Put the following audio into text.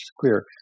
clear